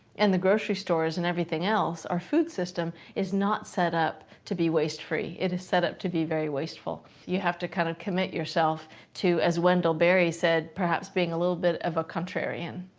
and the grocery stores, and everything else, our food system is not set up to be waste free. it is set up to be very wasteful. you have to kind of commit yourself to as wendell berry said, perhaps being a little bit of a contrarian,